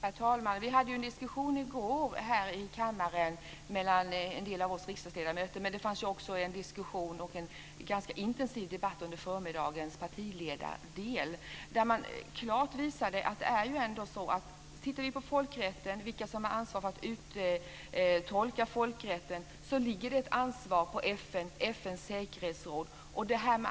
Herr talman! En del av oss riksdagsledamöter hade en diskussion i går här i kammaren, men det fanns också en diskussion och en ganska intensiv debatt under förmiddagens partiledardel. Tittar vi på folkrätten och vilka som har ansvar för att uttolka folkrätten ser vi att det ligger ett ansvar på FN och FN:s säkerhetsråd.